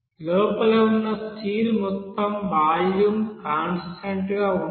లోపల ఉన్న స్టీల్ మొత్తం వాల్యూమ్ కాన్స్టాంట్ గా ఉంటుంది